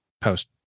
post